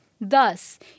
Thus